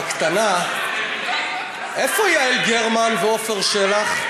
בקטנה: איפה יעל גרמן ועפר שלח?